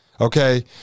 Okay